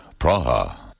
Praha